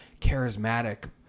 charismatic